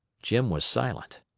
jim was silent.